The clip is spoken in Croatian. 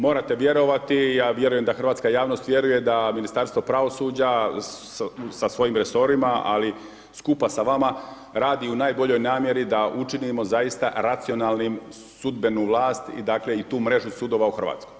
Morate vjerovati i ja vjerujem da hrvatska javnost vjeruje da Ministarstvo pravosuđa sa svojim resorima, ali i skupa sa vama, radi u najboljoj namjeri da učinimo zaista racionalnim sudbenu vlast i dakle, i tu mrežu sudova u Hrvatskoj.